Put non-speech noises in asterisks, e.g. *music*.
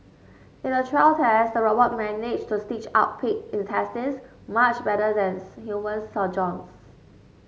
in a trial test the robot managed to stitch up pig intestines much better than *unintelligible* human surgeons